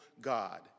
God